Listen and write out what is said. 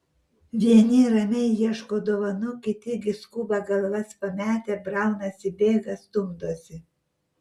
vieni ramiai ieško dovanų kiti gi skuba galvas pametę braunasi bėga stumdosi